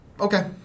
Okay